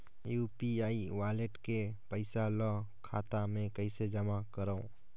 UPI wallet के पईसा ल खाता मे कइसे जमा करव?